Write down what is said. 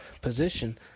position